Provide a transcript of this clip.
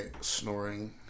snoring